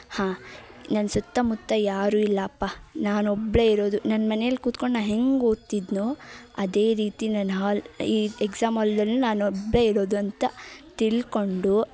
ಹಾಂ ನನ್ನ ಸುತ್ತಮುತ್ತ ಯಾರು ಇಲ್ಲಪ್ಪ ನಾನೊಬ್ಬಳೆ ಇರೋದು ನನ್ನ ಮನೆಯಲ್ಲಿ ಕುತ್ಕೊಂಡು ನಾ ಹೆಂಗೆ ಓದ್ತಿದ್ನೋ ಅದೇ ರೀತಿ ನಾನು ಹಾಲ್ ಈ ಎಕ್ಸಾಮ್ ಆಲ್ದಲ್ಲು ನಾನು ಒಬ್ಬಳೇ ಇರೋದು ಅಂತ ತಿಳ್ಕೊಂಡು